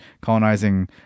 colonizing